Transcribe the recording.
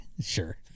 Sure